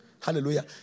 Hallelujah